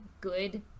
good